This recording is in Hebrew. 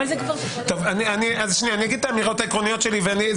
אני אגיד את האמירות העקרוניות שלי,